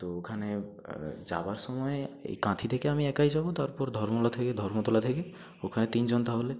তো ওখানে যাওয়ার সময়ে এই কাঁথি থেকে আমি একাই যাব তারপর ধর্মলা থেকে ধর্মতলা থেকে ওখানে তিন জন তাহলে